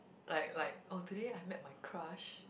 like like oh today I met my crush